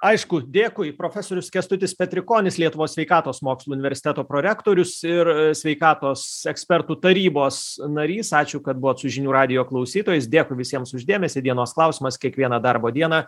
aišku dėkui profesorius kęstutis petrikonis lietuvos sveikatos mokslų universiteto prorektorius ir sveikatos ekspertų tarybos narys ačiū kad buvot su žinių radijo klausytojais dėkui visiems už dėmesį dienos klausimas kiekvieną darbo dieną